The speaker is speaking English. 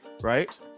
right